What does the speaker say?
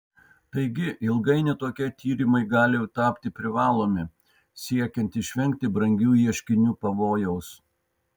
taigi ilgainiui tokie tyrimai gali tapti privalomi siekiant išvengti brangių ieškinių pavojaus